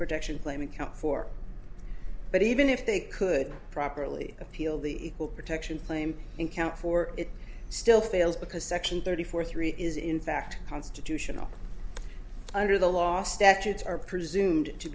protection claim account for but even if they could properly appeal the equal protection claim in count four it still fails because section thirty four three is in fact constitutional under the law statutes are presumed